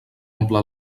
omple